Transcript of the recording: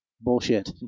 bullshit